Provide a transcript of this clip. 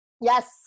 yes